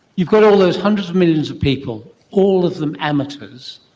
you've got all those hundreds of millions of people, all of them amateurs,